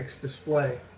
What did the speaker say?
display